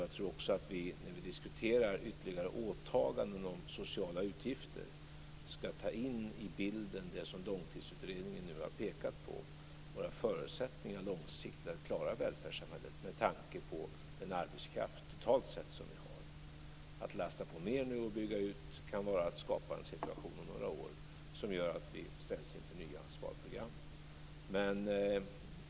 Jag menar också att vi när vi diskuterar ytterligare åtaganden om sociala utgifter ska ta in i bilden det som Långtidsutredningen nu har pekat på, nämligen våra långsiktiga förutsättningar att klara välfärdssamhället med tanke på den arbetskraft som vi har totalt sett. Att nu bygga ut det ytterligare kan skapa en situation som gör att vi om några år ställs inför nya sparprogram.